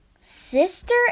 Sister